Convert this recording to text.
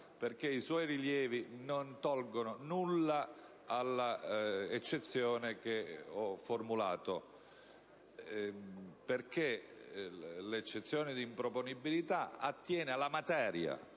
perché i suoi rilievi non tolgono nulla all'eccezione che ho formulato. Infatti, l'eccezione di improponibilità attiene alla materia;